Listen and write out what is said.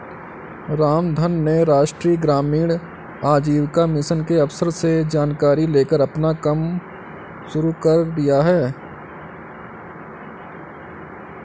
रामधन ने राष्ट्रीय ग्रामीण आजीविका मिशन के अफसर से जानकारी लेकर अपना कम शुरू कर दिया है